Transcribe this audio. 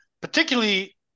particularly